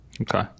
Okay